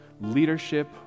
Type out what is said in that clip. leadership